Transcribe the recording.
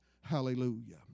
Hallelujah